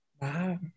Wow